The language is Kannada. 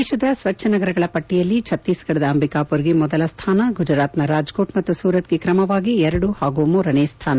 ದೇತದ ಸ್ವಚ್ಛ ನಗರಗಳ ಪಟ್ಟಿಯಲ್ಲಿ ಛತ್ತೀಸ್ಗಢದ ಅಂಬಿಕಾಪುರ್ಗೆ ಮೊದಲ ಸ್ಥಾನ ಗುಜರಾತ್ನ ರಾಜ್ಕೋಟ್ ಮತ್ತು ಸೂರತ್ಗೆ ಕ್ರಮವಾಗಿ ಎರಡು ಹಾಗೂ ಮೂರನೇ ಸ್ಥಾನ